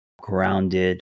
grounded